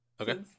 okay